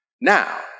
now